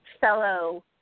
fellow